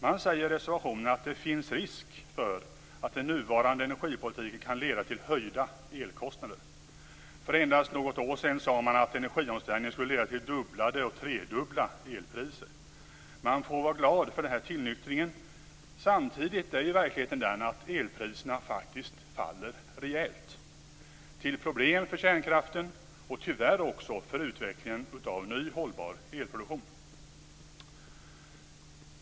Man skriver i reservationen att det finns risk för att den nuvarande energipolitiken kan leda till höjda elkostnader. För endast något år sedan sade man att energiomställningen skulle leda till dubbla och tredubbla elpriser. Vi får vara glada för denna tillnyktring. Samtidigt är verkligheten den att elpriserna faktiskt faller rejält till problem för kärnkraften och tyvärr också för utvecklingen av ny hållbar elproduktion.